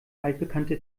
altbekannte